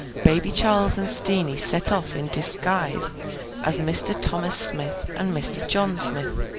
baby charles and steenie set off in disguise as mr. thomas smith and mr. john smith,